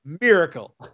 Miracle